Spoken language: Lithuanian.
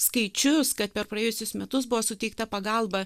skaičius kad per praėjusius metus buvo suteikta pagalba